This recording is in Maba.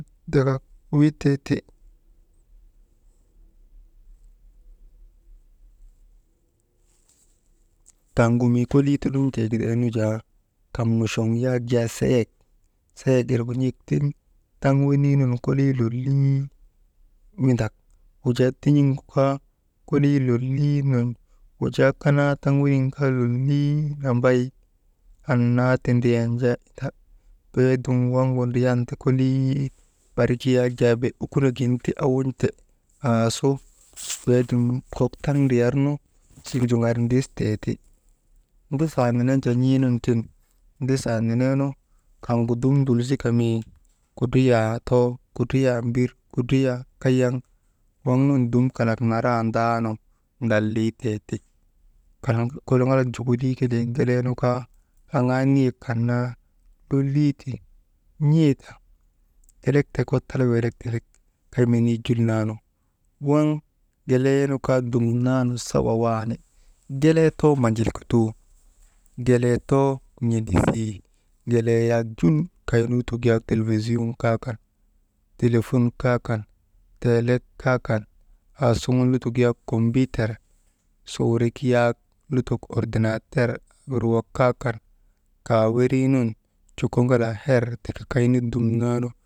Dakak wii tee ti. Kaŋgu mii kolii ti lun̰tee giday nu jaa kamuchoŋ yak jaa seyek seyek irgu n̰ek tiŋ taŋ weniinun koliii lolii windak, wujaa tin̰iŋgu kaa kolii lolii nuŋ wujaa kanaa taŋ wenin kaa lolii nambay, annaa ti ndriyan jaa inda beeduŋ waŋ kolii barik yak jaa bee, ukuno gin ti awun̰te aasu, bee dum kok taŋ ndriyarnu, su juŋar ndistee ti, nduchaa nenee nu jaa n̰ee nun tiŋ nduchaa nenee nu kaŋgu dum ndulsika mii kudriiyaa too, kudriyaa mbir kudriyaa kayaŋ waŋ nun dum kalak narandaa nu ndalii tee ti,«hesitatin» laŋalak jokolii keleee nu kaa aŋaa niyaek kan naa lolii ti n̰ee ta gelek tek Wattala weelek tiŋ kay menii jul naanu waŋ gelee nu kaa sawa waani, gelee too majilkutoo gelee too n̰endisii, gelee yak jul kay nu lutok yak telvisiyun kaa kan, telefun kaa kan, teenlek kaa kan aasuŋun lutok wakombiiter su wurik suwukir yak lutok ordinaa ter aawir aa wir waŋ nak wak kaakawerii nun joto jokoko ŋalaahertri kaŋ mnu nu.